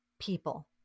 people